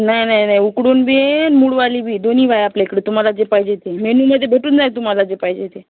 नाही नाही नाही उकडून बी मोडवाली बी दोन्ही आहे आपल्या इकडे तुम्हाला जे पाहिजे ते मेनूमध्ये भेटून जाईल तुम्हाला जे पाहिजे ते